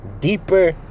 deeper